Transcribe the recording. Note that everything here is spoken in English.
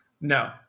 No